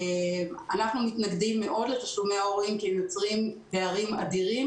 אנחנו מתנגדים מאוד לתשלומי ההורים כי הם יוצרים פערים אדירים,